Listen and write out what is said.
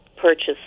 purchase